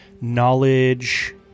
knowledge